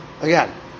Again